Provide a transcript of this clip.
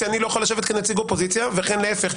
אני לא יכול לשבת כנציג אופוזיציה וכן להפך.